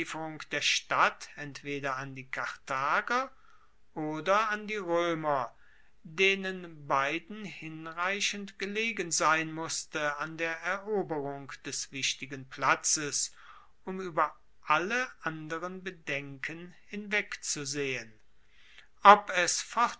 der stadt entweder an die karthager oder an die roemer denen beiden hinreichend gelegen sein musste an der eroberung des wichtigen platzes um ueber alle anderen bedenken hinwegzusehen ob es